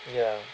ya